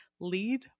lead